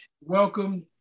Welcome